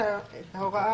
את ההוראה.